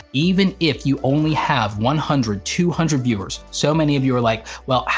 even if you only have one hundred, two hundred viewers, so many of you are like, well,